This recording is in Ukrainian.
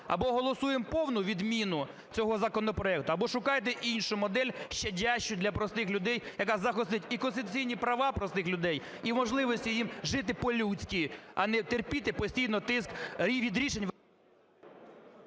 або голосуємо повну відміну цього законопроекту, або шукайте іншу модель, щадящую для простих людей, яка захистить і конституційні права простих людей, і можливість їм жити по-людські, а не терпіти постійно тиск і від рішень…